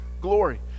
glory